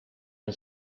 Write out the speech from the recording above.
han